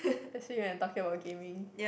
let say we are talking about gaming